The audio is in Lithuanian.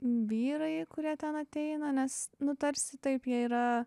vyrai kurie ten ateina nes nu tarsi taip jie yra